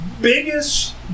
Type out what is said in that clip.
biggest